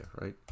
right